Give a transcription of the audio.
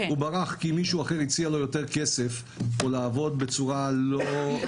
הוא ברח כי מישהו אחר הציע לו יותר כסף או לעבוד בצורה לא חוקית,